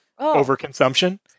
overconsumption